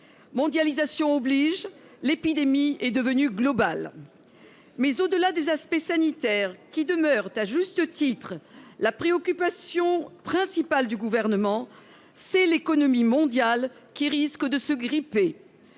Mondialisation oblige, l'épidémie est devenue globale. Toutefois, au-delà des aspects sanitaires, qui demeurent à juste titre la préoccupation principale du Gouvernement, c'est l'économie mondiale qui risque de se gripper.